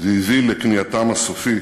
והביא לכניעתם הסופית